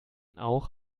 auch